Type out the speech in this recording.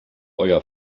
euer